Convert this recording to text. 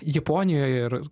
japonijoje ir